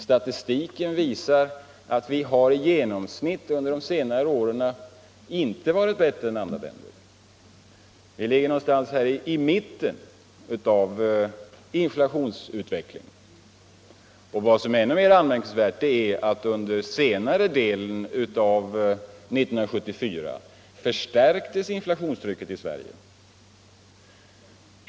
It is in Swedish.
Statistiken visar att vi under senare år i genomsnitt inte har varit bättre än andra länder. Vi ligger någonstans i mitten när det gäller inflationen. Och vad som är ännu mer anmärkningsvärt är att inflationstrycket i Sverige förstärktes under senare delen av 1973.